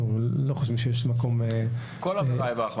אנחנו לא חושבים שיש מקום -- כל עבירה היא חמורה.